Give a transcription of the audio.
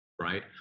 right